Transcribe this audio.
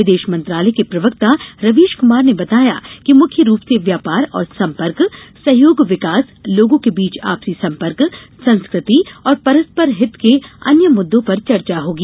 विदेश मंत्रालय के प्रवक्ता रवीश कुमार ने बताया कि मुख्य रूप से व्यापार और संपर्क सहयोग विकास लोगों के बीच आपसी संपर्क संस्कृति और परस्पर हित के अन्य मुद्दों पर चर्चा होगी